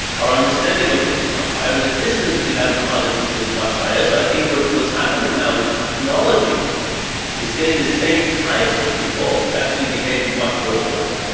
our understanding of them is much higher. and the distance we have from other people is much higher. so i think what's what's happening now is technology is getting the same types of people to actually behave in much worse ways.